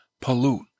pollute